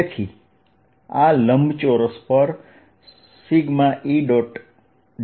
તેથી આ લંબચોરસ પર Edl EY∂X EX∂y